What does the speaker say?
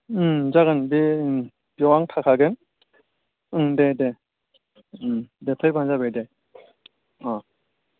जागोन दे बेयाव आं थाखागोन ओं दे दे ओं दे फैबानो जाबाय दे अ